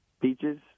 peaches